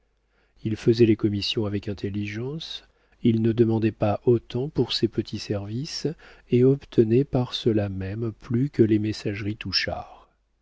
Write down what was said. il faisait les commissions avec intelligence il ne demandait pas autant pour ses petits services et obtenait par cela même plus que les messageries touchard